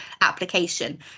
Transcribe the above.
application